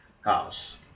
house